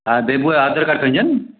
हा बेबूअ जो आधार कार्ड खणी अचां न